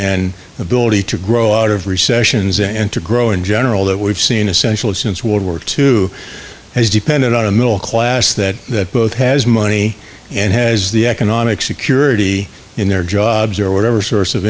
and ability to grow out of recession is and to grow in general that we've seen essentially since world war two has depended on a middle class that both has money and has the economic security in their jobs or whatever source of